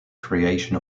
creation